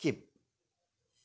skip